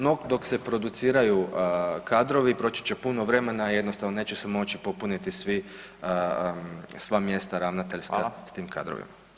No, dok se produciraju kadrovi, proći će puno vremena i jednostavno neće se moći popuniti sva mjesta ravnateljska sa tim kadrovima.